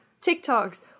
TikToks